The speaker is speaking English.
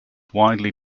widely